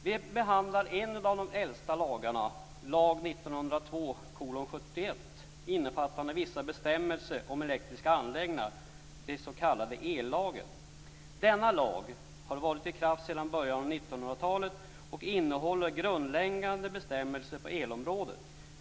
Vi behandlar en av de äldsta lagarna, dvs. lag 1902:71 innefattande vissa bestämmelser om elektriska anläggningar - den s.k. ellagen. Denna lag har varit i kraft sedan början av 1900-talet och innehåller grundläggande bestämmelser på elområdet.